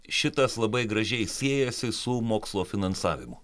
šitas labai gražiai siejasi su mokslo finansavimu